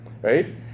right